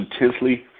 intensely